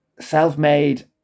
self-made